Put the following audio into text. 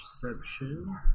Perception